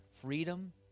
freedom